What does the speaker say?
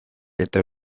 eta